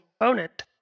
component